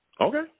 Okay